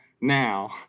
Now